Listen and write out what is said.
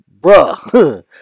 bruh